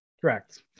Correct